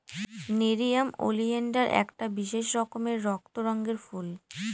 nerium oleander একটা বিশেষ রকমের রক্ত রঙের ফুল